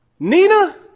Nina